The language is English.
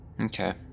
Okay